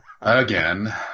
again